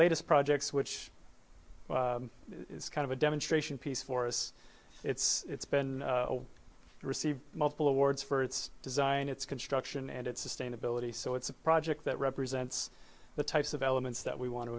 latest projects which is kind of a demonstration piece for us it's been received multiple awards for its design its construction and its sustainability so it's a project that represents the types of elements that we want to